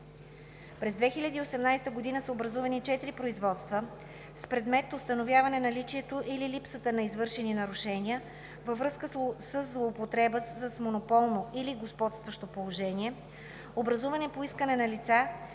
През 2018 г. са образувани четири производства с предмет установяване наличието или липсата на извършени нарушения във връзка със злоупотреба с монополно или господстващо положение, образувани по искане на лица,